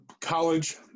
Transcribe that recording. college